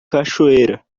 cachoeira